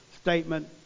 statement